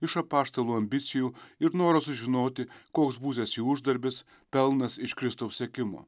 iš apaštalų ambicijų ir norą sužinoti koks būsiąs jų uždarbis pelnas iš kristaus sekimo